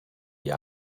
die